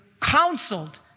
counseled